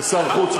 כשר חוץ,